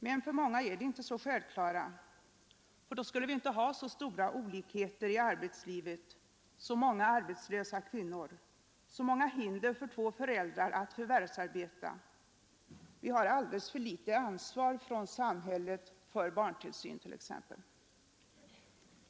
Men för många är de inte så självklara, för då skulle vi inte ha så stora olikheter i arbetslivet, så många arbetslösa kvinnor, så många hinder för två föräldrar att förvärvsarbeta som vi har. Vi har alldeles för litet ansvar från samhället för barntillsyn t.ex.